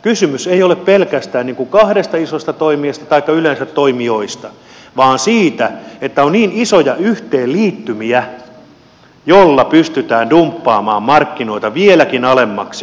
kysymys ei ole pelkästään kahdesta isosta toimijasta taikka yleensä toimijoista vaan siitä että on niin isoja yhteenliittymiä joilla pystytään dumppaamaan markkinoita vieläkin alemmaksi